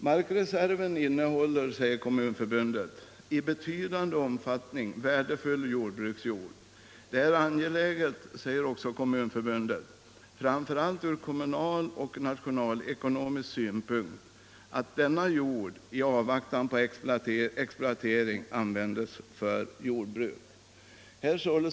Markreserverna innehåller, säger Kommunförbundet, i betydande omfattning värdefull jordbruksjord. Det är angeläget framför allt ur kommunaloch nationalekonomisk synpunkt att denna jord i avvaktan på exploatering används för jordbruk, anser Kommunförbundet.